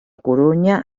corunya